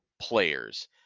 players